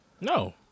No